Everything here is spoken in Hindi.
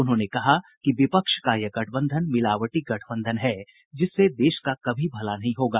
उन्होंने कहा कि विपक्ष का यह गठबंधन मिलावटी गठबंधन है जिससे देश का कभी भला नहीं होगा